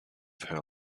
her